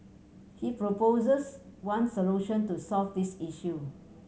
he proposes one solution to solve this issue